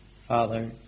Father